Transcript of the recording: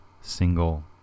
single